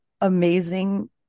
amazing